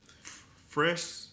Fresh